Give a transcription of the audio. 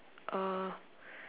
a